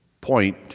point